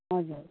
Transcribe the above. हजुर